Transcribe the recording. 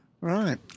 Right